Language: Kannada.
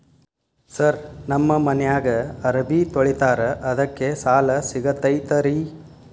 ಸರ್ ನಮ್ಮ ಮನ್ಯಾಗ ಅರಬಿ ತೊಳಿತಾರ ಅದಕ್ಕೆ ಸಾಲ ಸಿಗತೈತ ರಿ?